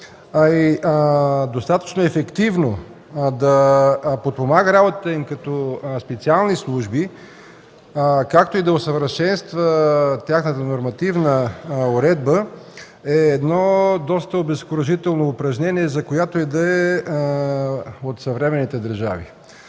и достатъчно ефективно да подпомага работата им като специални служби, както и да усъвършенства тяхната нормативна уредба, е доста обезкуражително упражнение за която и да е от съвременните държави.